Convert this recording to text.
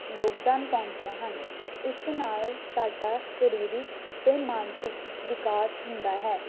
ਯੋਗਦਾਨ ਪਾਉਂਦੀਆਂ ਹਨ ਇਸ ਨਾਲ ਸਾਡਾ ਸਰੀਰਿਕ ਅਤੇ ਮਾਨਸਿਕ ਵਿਕਾਸ ਹੁੰਦਾ ਹੈ